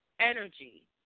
energy